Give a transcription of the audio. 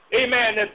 Amen